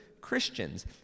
Christians